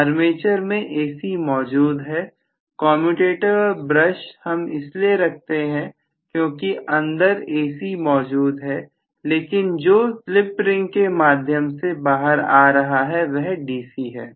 armature में AC मौजूद है कमयुटेटर और ब्रश हम इसलिए रखते हैं क्योंकि अंदर AC मौजूद है लेकिन जो स्प्लिट रिंग के माध्यम से बाहर आ रहा है वह DC है